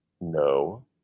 no